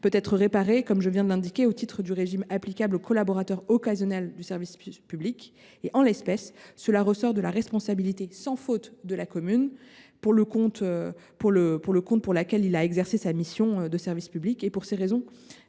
peut être réparé au titre du régime applicable aux collaborateurs occasionnels du service public. En l’espèce, cela ressort de la responsabilité sans faute de la commune pour le compte de laquelle l’élu a exercé la mission de service public. Pour ces raisons,